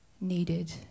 needed